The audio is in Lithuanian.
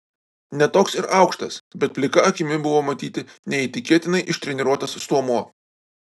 ne toks ir aukštas bet plika akimi buvo matyti neįtikėtinai ištreniruotas stuomuo